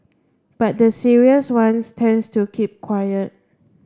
but the serious ones tends to keep quiet